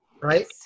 right